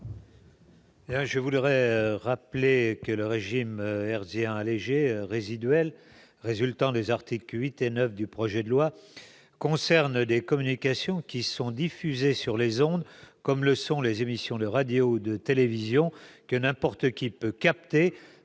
Je voudrais rappeler que le régime hertzien allégé résiduel résultant des articles 8 et 9 du projet de loi concerne les communications diffusées sur les ondes, comme le sont les émissions de radio ou de télévision, que n'importe qui peut capter